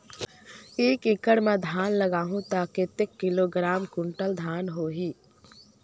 एक एकड़ मां धान लगाहु ता कतेक किलोग्राम कुंटल धान होही?